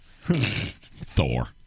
Thor